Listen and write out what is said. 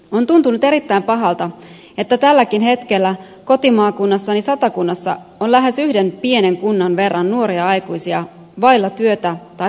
on tuntunut erittäin pahalta että tälläkin hetkellä kotimaakunnassani satakunnassa on lähes yhden pienen kunnan verran nuoria aikuisia vailla työtä tai koulupaikkaa